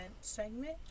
segment